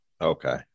Okay